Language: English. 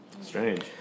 Strange